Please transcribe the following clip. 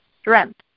strength